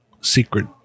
secret